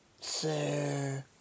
sir